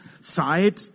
side